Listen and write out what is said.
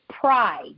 pride